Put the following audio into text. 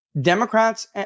Democrats